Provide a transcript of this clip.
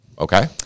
Okay